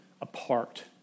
apart